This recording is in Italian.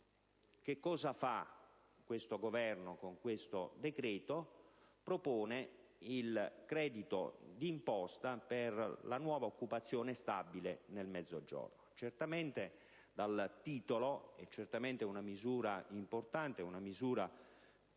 Cosa fa il Governo con questo decreto? Propone il credito d'imposta per la nuova occupazione stabile nel Mezzogiorno. Dal titolo è certamente una misura importante, una misura